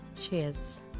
Cheers